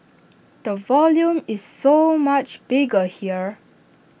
the volume is so much bigger here